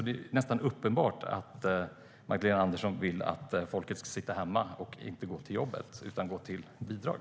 Det är nästan uppenbart att Magdalena Andersson vill att folk ska sitta hemma och inte gå till jobbet utan i stället gå på bidrag.